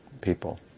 people